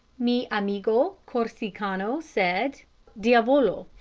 mi amigo corsicano said diavolo,